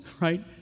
right